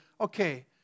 okay